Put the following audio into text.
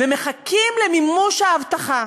ומחכים למימוש ההבטחה,